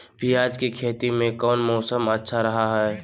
प्याज के खेती में कौन मौसम अच्छा रहा हय?